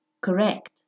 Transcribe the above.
correct